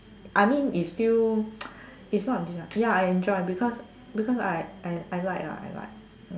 I mean it's still ya I enjoy because because I I I like lah I like